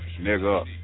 Nigga